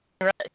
Right